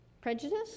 Prejudice